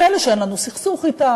כאלה שאין לנו סכסוך אתם,